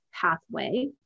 pathway